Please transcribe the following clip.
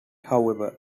however